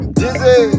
dizzy